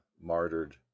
martyred